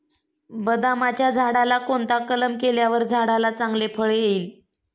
बदामाच्या झाडाला कोणता कलम केल्यावर झाडाला चांगले फळ येईल?